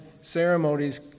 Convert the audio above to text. ceremonies